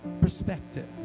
perspective